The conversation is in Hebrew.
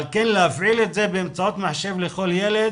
על כן להפעיל את זה באמצעות מחשב לכל ילד,